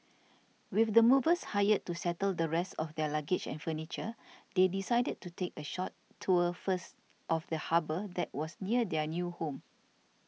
with the movers hired to settle the rest of their luggage and furniture they decided to take a short tour first of the harbour that was near their new home